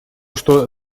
что